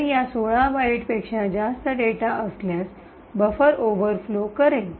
तर या 16 बाइटपेक्षाच्या जास्त डेटा असल्यास बफर ओव्हरफ्लो करेल